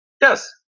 Yes